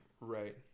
right